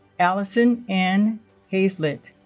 alison ann hazelet